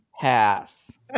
pass